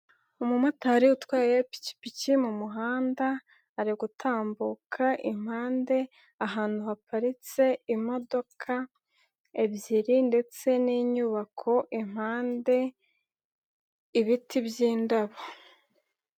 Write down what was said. Umumotari utwaye ipikipiki mu muhanda ari gutambuka impande ahantu haparitse imodoka ebyiri, ndetse n'inyubako impande ibiti by'indabo.